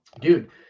Dude